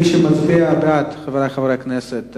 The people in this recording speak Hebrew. חברי חברי הכנסת,